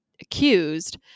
accused